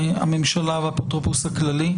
הממשלה והאפוטרופוס הכללי,